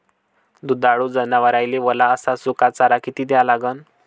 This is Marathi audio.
दुधाळू जनावराइले वला अस सुका चारा किती द्या लागन?